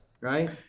Right